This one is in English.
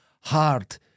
hard